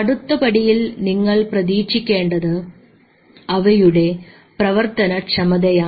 അടുത്ത പടിയിൽ നിങ്ങൾ പ്രതീക്ഷിക്കേണ്ടത് ഇവയുടെ പ്രവർത്തന ക്ഷമതയാണ്